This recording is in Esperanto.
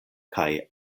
kaj